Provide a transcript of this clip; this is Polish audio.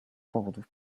powodów